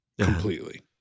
completely